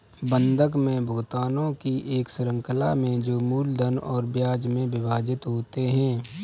बंधक में भुगतानों की एक श्रृंखला में जो मूलधन और ब्याज में विभाजित होते है